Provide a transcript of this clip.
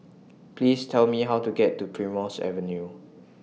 Please Tell Me How to get to Primrose Avenue